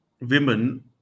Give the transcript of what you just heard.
women